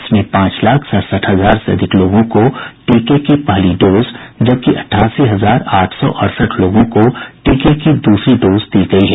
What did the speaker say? इसमें पांच लाख सड़सठ हजार से अधिक लोगों को टीके की पहली डोज जबकि अठासी हजार आठ सौ अड़सठ लोगों को टीके की दूसरी डोज दी गयी है